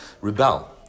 rebel